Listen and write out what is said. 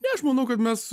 ne aš manau kad mes